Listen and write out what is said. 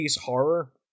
horror